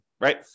right